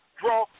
draw